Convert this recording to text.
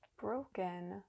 broken